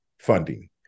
funding